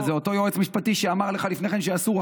אבל זה אותו יועץ משפטי שאמר לך לפני כן שאסור.